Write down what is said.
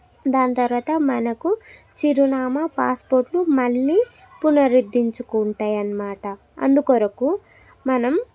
దాని తరువాత మనకు చిరునామా పాస్పోర్టు మళ్ళీ పునరుద్ధరించుకుంటారు అన్నమాట అందుకొరకు మనం